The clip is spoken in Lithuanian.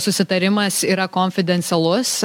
susitarimas yra konfidencialus